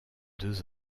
deux